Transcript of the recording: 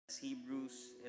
Hebrews